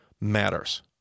matters